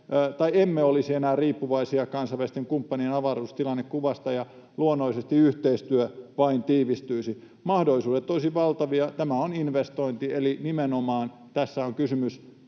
emme olisi enää riippuvaisia kansainvälisten kumppanien avaruustilannekuvasta ja luonnollisesti yhteistyö vain tiivistyisi. Mahdollisuudet olisivat valtavia. Tämä on investointi. Eli nimenomaan tässä on kysymys